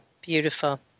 Beautiful